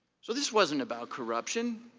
so this wasn't about corruption.